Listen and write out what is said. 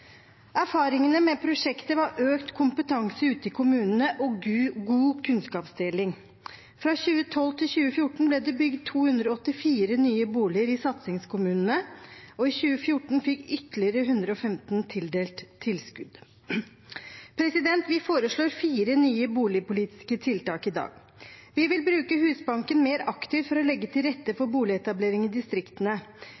Erfaringene med prosjektet var økt kompetanse ute i kommunene og god kunnskapsdeling. Fra 2012 til 2014 ble det bygd 284 nye boliger i satsingskommunene, og i 2014 fikk ytterligere 115 tildelt tilskudd. Vi foreslår fire nye boligpolitiske tiltak i dag: Vi vil bruke Husbanken mer aktivt for å legge til rette